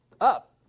up